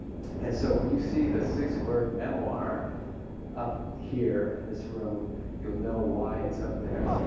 and so when you see the six word memoir up here in this room you'll know why it's up there.